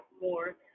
more